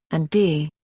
and d.